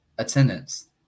attendance